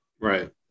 Right